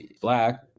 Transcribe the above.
black